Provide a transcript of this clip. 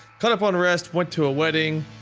caught up on rest, went to a wedding